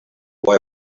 boy